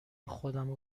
خودمو